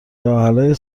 راهحلهای